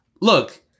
Look